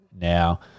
now